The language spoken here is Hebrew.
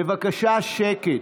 בבקשה, שקט.